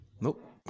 Nope